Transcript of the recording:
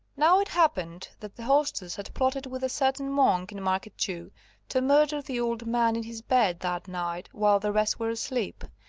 now it happened that the hostess had plotted with a certain monk in market-jew to murder the old man in his bed that night while the rest were asleep,